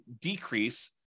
decrease